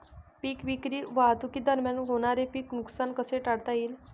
पीक विक्री वाहतुकीदरम्यान होणारे पीक नुकसान कसे टाळता येईल?